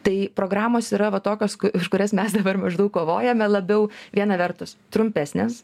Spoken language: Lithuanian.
tai programos va yra tokios už kurias mes dabar maždaug kovojame labiau viena vertus trumpesnės